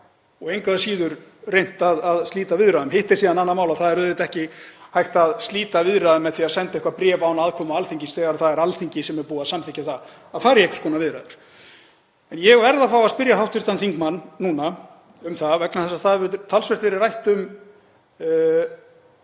og engu að síður reynt að slíta viðræðum. Hitt er síðan annað mál að það er auðvitað ekki hægt að slíta viðræðum með því að senda bréf án aðkomu Alþingis þegar það er Alþingi sem er búið að samþykkja það að fara í einhvers konar viðræður. Ég verð að fá að spyrja hv. þingmann núna vegna þess að það hefur talsvert verið rætt um